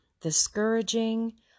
discouraging